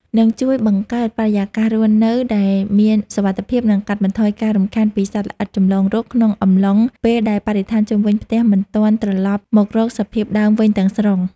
នឹងជួយបង្កើតបរិយាកាសរស់នៅដែលមានសុវត្ថិភាព និងកាត់បន្ថយការរំខានពីសត្វល្អិតចម្លងរោគក្នុងអំឡុងពេលដែលបរិស្ថានជុំវិញផ្ទះមិនទាន់ត្រឡប់មករកសភាពដើមវិញទាំងស្រុង។